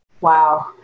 Wow